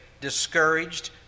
discouraged